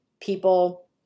people